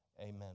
Amen